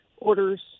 orders